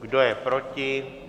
Kdo je proti?